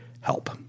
help